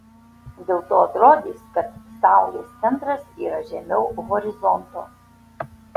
dėl to atrodys kad saulės centras yra žemiau horizonto